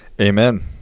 Amen